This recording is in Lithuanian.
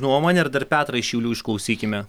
nuomonę ir dar petrą iš šiaulių išklausykime